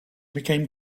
became